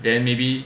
then maybe